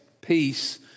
peace